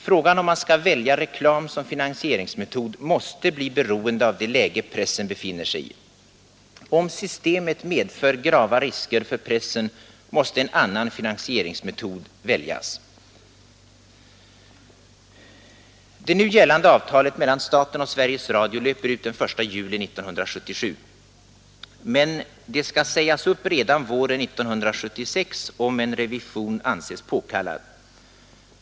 Frågan om man skall välja reklam som finansieringsmetod måste bli beroende av det läge pressen befinner sig i. Om systemet medför grava risker för pressen, måste en annan finansieringsmetod väljas. Det nu gällande avtalet mellan staten och Sveriges Radio löper ut den 1 juli 1977. Men det skall sägas upp redan våren 1976, om en revision anses påkallad.